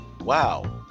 wow